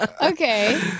okay